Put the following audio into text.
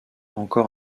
encore